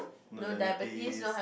no diabetes